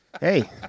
Hey